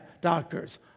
doctors